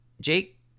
Jake